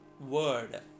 word